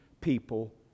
people